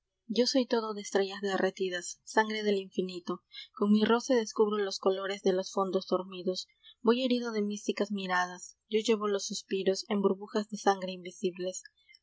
yo soy todo de estrellas derretidas sangre del infinito eon mi roce descubro los colores ee los fondos dormidos v y herido de místicas miradas llevo los suspiros en burbujas de sangre invisibles